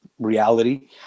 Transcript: Reality